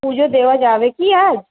পুজো দেওয়া যাবে কি আজ